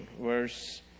verse